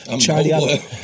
Charlie